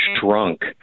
shrunk